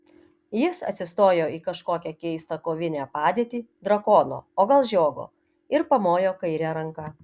jis atsistojo į kažkokią keistą kovinę padėtį drakono o gal žiogo ir pamojo kaire ranka